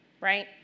right